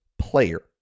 player